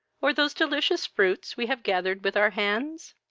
or those delicious fruits we have gathered with our hands?